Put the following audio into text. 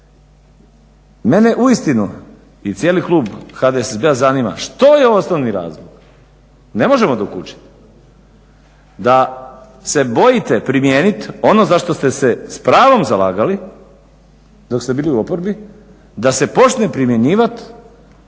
Mene uistinu i cijeli klub HDSSB-a zanima što je osnovni razlog. Ne možemo dokučiti, da se bojite primijenit ono za što ste se s pravom zalagali dok ste bili u oporbi, da se počne primjenjivat